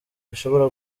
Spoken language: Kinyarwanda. bishobora